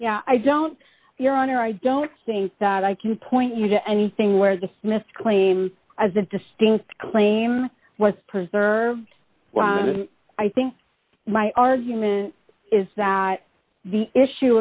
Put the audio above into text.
claim i don't your honor i don't think that i can point you to anything where the smiths claim as a distinct claim was preserved i think my argument is that the issue